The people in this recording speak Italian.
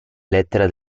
lettera